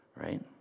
Right